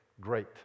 great